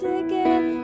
again